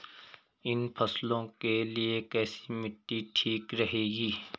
इन फसलों के लिए कैसी मिट्टी ठीक रहेगी?